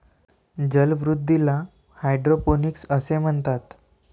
जलवृद्धीला हायड्रोपोनिक्स असे म्हणतात